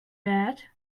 that